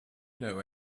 know